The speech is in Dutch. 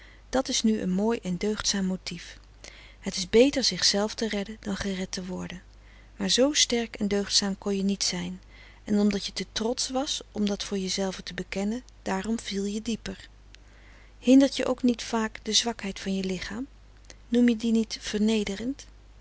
dat is nu een mooi en deugdzaam frederik van eeden van de koele meren des doods motief het is beter zichzelf te redden dan gered te worden maar zoo sterk en deugdzaam kon je niet zijn en omdat je te trotsch was om dat voor je zelve te bekennen daarom viel je dieper hindert je ook niet vaak de zwakheid van je lichaam noem je die niet vernederend